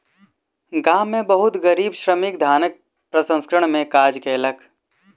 गाम में बहुत गरीब श्रमिक धानक प्रसंस्करण में काज कयलक